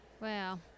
Wow